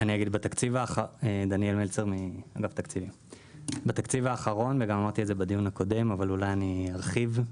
אמרתי את זה גם בדיון האחרון, אבל ארחיב.